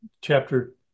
chapter